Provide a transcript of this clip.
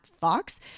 Fox